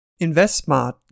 InvestSmart